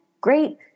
great